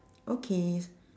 okay